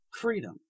freedom